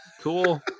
cool